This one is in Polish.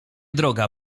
droga